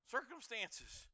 Circumstances